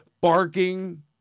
barking